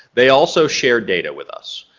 they also share data with us.